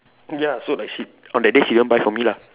ya so like shit on that day she didn't buy for me lah